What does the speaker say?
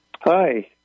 Hi